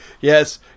Yes